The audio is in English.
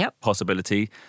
possibility